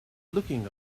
looking